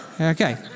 Okay